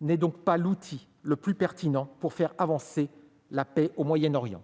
n'est pas l'outil le plus pertinent pour faire avancer la paix au Moyen-Orient.